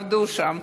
עבדו שם.